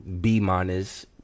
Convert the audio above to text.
B-minus